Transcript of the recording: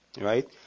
right